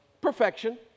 perfection